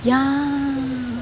ya